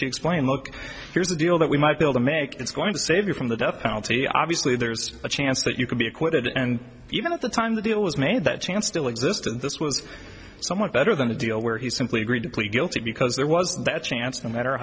explained look here's the deal that we might build a make it's going to save you from the death penalty obviously there's a chance that you could be acquitted and even at the time the deal was made that chance still exist and this was so much better than a deal where he simply agreed to plead guilty because there was that chance no matter